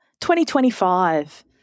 2025